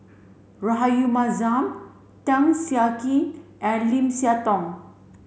Rahayu Mahzam Tan Siah Kwee and Lim Siah Tong